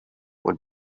would